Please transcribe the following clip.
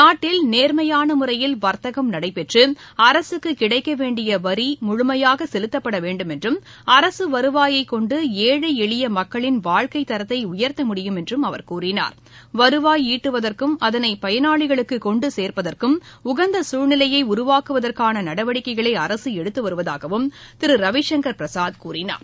நாட்டில் நேர்மையான முறையில் வர்த்தகம் நடைபெற்று அரசுக்கு கிடைக்க வேண்டிய வரி முழுமையாக செலுத்தப்பட வேண்டும் என்றும் அரசு வருவாயை கொண்டு ஏழை எளிய மக்களின் வாழ்க்கைத்தரத்தை உயர்த்த முடியும் என்றும் அவர் கூறினார் வருவாய் ஈட்டுவதற்கும் அதனை பயனாளிகளுக்கு கொண்டுசேர்ப்பதற்கும் உகந்த சசூழ்நிலையை உருவாக்குவதற்கான நடவடிக்கைகளை அரசு எடுத்து வருவதாகவும் திரு ரவிசங்கர் பிரசாத் கூறினார்